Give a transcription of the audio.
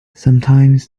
sometimes